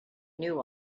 knew